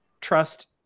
trust